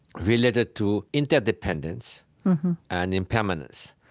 related to interdependence and impermanence.